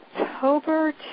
October